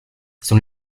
son